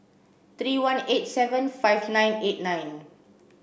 three one eight seven five nine eight nine